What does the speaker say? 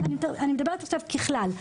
אני מדברת עכשיו ככלל,